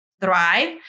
thrive